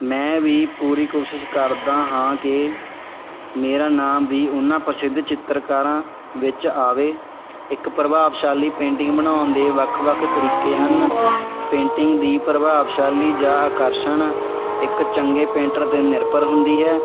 ਮੈਂ ਵੀ ਪੂਰੀ ਕੋਸ਼ਿਸ਼ ਕਰਦਾ ਹਾਂ ਕਿ ਮੇਰਾ ਨਾਮ ਵੀ ਉਹਨਾਂ ਪ੍ਰਸਿੱਧ ਚਿੱਤਰਕਾਰਾਂ ਵਿੱਚ ਆਵੇ ਇੱਕ ਪ੍ਰਭਾਵਸ਼ਾਲੀ ਪੇਂਟਿੰਗ ਬਣਾਉਣ ਦੇ ਵੱਖ ਵੱਖ ਤਰੀਕੇ ਹਨ ਪੇਂਟਿੰਗ ਦੀ ਪ੍ਰਭਾਵਸ਼ਾਲੀ ਜਾਂ ਅਕਰਸ਼ਣ ਇੱਕ ਚੰਗੇ ਪੇਂਟਰ 'ਤੇ ਨਿਰਭਰ ਹੁੰਦੀ ਹੈ